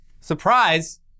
Surprise